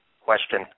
Question